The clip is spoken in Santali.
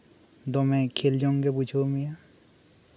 ᱫᱚᱢᱮ ᱠᱷᱮᱞ ᱡᱚᱝᱜᱮ ᱵᱩᱡᱷᱟᱹᱣ ᱢᱮᱭᱟ